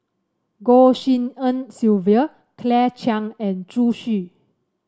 Goh Tshin En Sylvia Claire Chiang and Zhu Xu